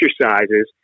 exercises